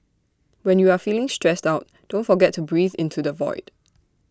when you are feeling stressed out don't forget to breathe into the void